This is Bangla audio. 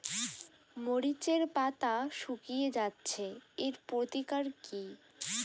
মরিচের পাতা শুকিয়ে যাচ্ছে এর প্রতিকার কি?